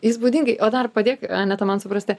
įspūdingai o dar padėk aneta man suprasti